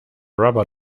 rubber